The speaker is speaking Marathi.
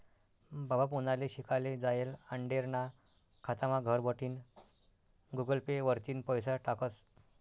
बाबा पुनाले शिकाले जायेल आंडेरना खातामा घरबठीन गुगल पे वरतीन पैसा टाकस